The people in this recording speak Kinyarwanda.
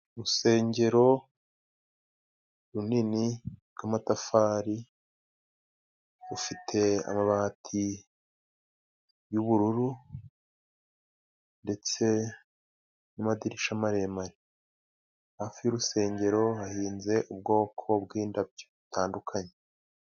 Urusengero runini rw'amatafari, rufite amabati y'ubururu ndetse n'amadirishya maremare. Hafi y'urusengero hahinze ubwoko bw'indabo butandukanye.